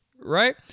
right